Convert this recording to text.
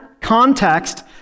Context